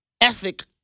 ethic